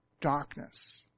darkness